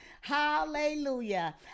hallelujah